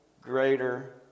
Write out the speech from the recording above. greater